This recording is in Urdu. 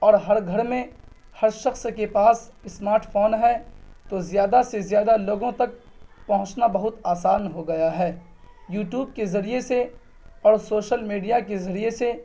اور ہر گھر میں ہر شخص کے پاس اسمارٹ فون ہے تو زیادہ سے زیادہ لوگوں تک پہنچنا بہت آسان ہو گیا ہے یو ٹیوب کے ذریعے سے اور سوشل میڈیا کے ذریعے سے